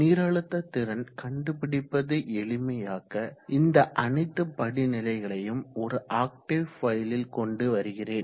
நீரழுத்த திறன் கண்டுபிடிப்பதை எளிமையாக்க இந்த அனைத்து படிநிலைகளையும் ஒரு ஆக்டேவ் ஃபைலில் கொண்டு வருகிறேன்